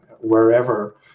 wherever